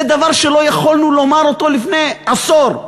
זה דבר שלא יכולנו לומר לפני עשור.